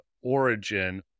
origin